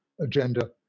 agenda